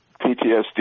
PTSD